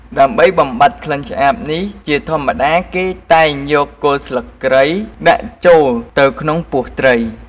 ដើម្បីបំបាត់ក្លិនឆ្អាបនេះ ជាធម្មតាគេតែងយកគល់ស្លឹកគ្រៃដាក់ចូលទៅក្នុងពោះត្រី។